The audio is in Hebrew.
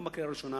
גם בקריאה הראשונה